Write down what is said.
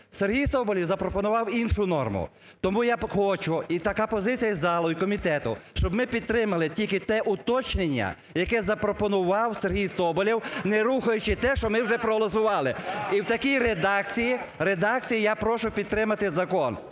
Сергій Соболєв запропонував іншу норму. Тому я хочу, і така позиція і залу, і комітету, щоб ми підтримали тільки те уточнення, яке запропонував Сергій Соболєв, не рухаючи те, що ми вже проголосували. І в такій редакції я прошу підтримати закон.